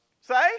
Say